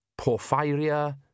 Porphyria